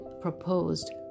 proposed